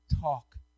talk